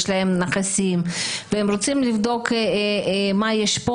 יש להם נכסים והם רוצים לבדוק מה יש פה